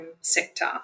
sector